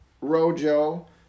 Rojo